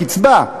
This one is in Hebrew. זו קצבה.